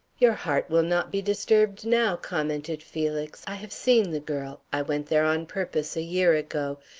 your heart will not be disturbed now, commented felix. i have seen the girl. i went there on purpose a year ago.